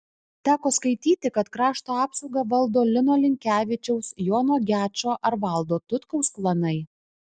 teko skaityti kad krašto apsaugą valdo lino linkevičiaus jono gečo ar valdo tutkaus klanai